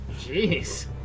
Jeez